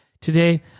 Today